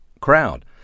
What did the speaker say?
crowd